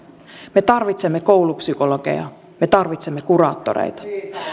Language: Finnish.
me tarvitsemme koulupsykologeja me tarvitsemme kuraattoreita